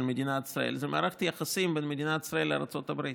מדינת ישראל זו מערכת היחסים בין מדינת ישראל לארצות הברית.